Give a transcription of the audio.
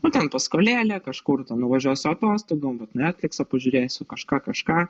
nu ten paskolėlė kažkur ten nuvažiuosiu atostogom vat netfliksą pažiūrėsiu kažką kažką